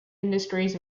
industries